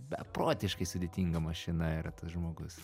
beprotiškai sudėtinga mašina yra tas žmogus